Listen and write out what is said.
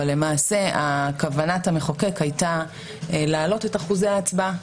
אבל למעשה כוונת המחוקק הייתה להעלות את אחוזי ההצבעה,